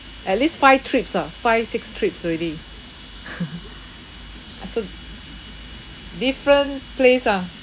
at least five trips ah five six trips already uh so different place ah